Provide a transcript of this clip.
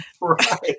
Right